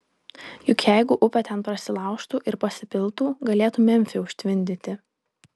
juk jeigu upė ten prasilaužtų ir pasipiltų galėtų memfį užtvindyti